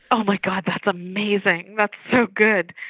oh my god, that's amazing. that's so good.